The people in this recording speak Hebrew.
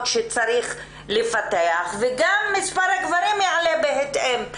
שצריך לפתח וגם מספר הגברים יעלה בהתאם.